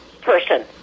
person